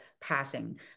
passing